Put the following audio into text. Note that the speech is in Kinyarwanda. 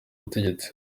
ubutegetsi